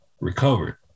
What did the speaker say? recovered